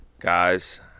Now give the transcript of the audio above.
guys